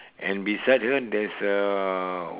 and beside her there's a